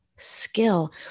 Skill